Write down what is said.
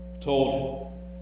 Told